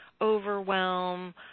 overwhelm